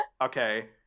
okay